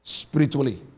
spiritually